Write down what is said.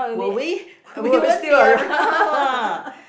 will we we won't be around ah